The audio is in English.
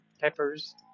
peppers